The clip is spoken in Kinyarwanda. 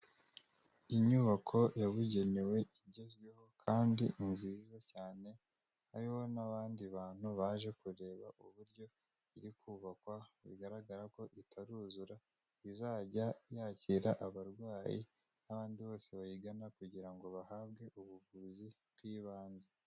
Inyubako yabugenewe igezweho kandi nziza cyane, hariho n'abandi bantu baje kureba uburyo iri kubakwa, bigaragara ko itaruzura, izajya yakira abarwayi n'abandi bose bayigana kugira ngo bahabwe ubuvuzi bw'ibanze.